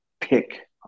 pick